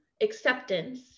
acceptance